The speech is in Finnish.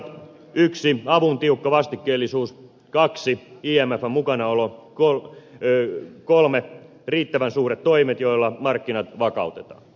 ensimmäiseksi avun tiukka vastikkeellisuus toiseksi imfn mukana olo kolmanneksi riittävän suuret toimet joilla markkinat vakautetaan